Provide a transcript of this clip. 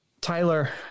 Tyler